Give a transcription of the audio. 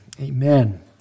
Amen